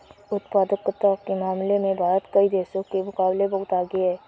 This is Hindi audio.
उत्पादकता के मामले में भारत कई देशों के मुकाबले बहुत आगे है